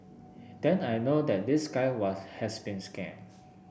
then I know that this guy was has been scammed